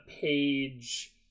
page